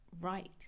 right